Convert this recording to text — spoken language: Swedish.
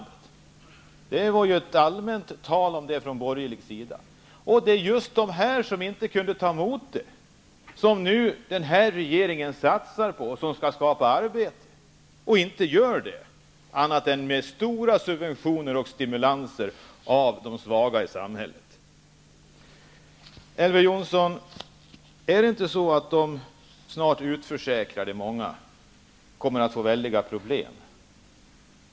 Det talades ju allmänt om detta från de borgerligas sida. Det är just de som inte kunde ta emot detta som regeringen nu satsar på och som skall skapa arbete. Men de gör inte det annat än med kraftiga subventioner och stimulans av de svaga i samhället. Är det inte så, Elver Jonsson, att många snart är utförsäkrade och kommer att få väldiga problem?